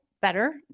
better